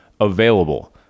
available